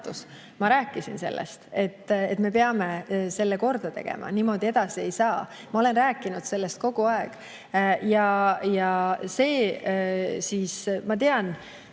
Ma rääkisin sellest, et me peame selle korda tegema, niimoodi edasi minna ei saa. Ma olen rääkinud sellest kogu aeg. Meil oli eile,